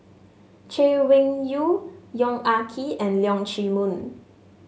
Chay Weng Yew Yong Ah Kee and Leong Chee Mun